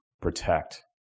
protect